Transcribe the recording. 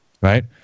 right